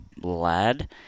lad